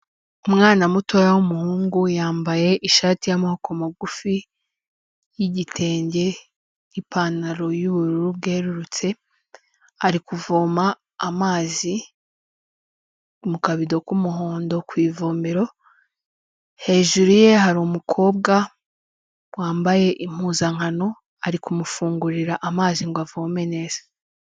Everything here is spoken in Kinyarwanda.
Umwana mutoya w'umuhungu, yambaye ishati y'amaboko magufi y'igitenge n'ipantaro y'ubururu bwerurutse, ari kuvoma amazi mu kabido k'umuhondo ku ivomero, hejuru ye hari umukobwa wambaye impuzankano, ari kumufungurira amazi ngo avome neza.